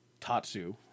Tatsu